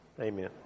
amen